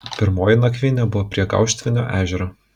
pirmoji nakvynė buvo prie gauštvinio ežero